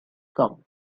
come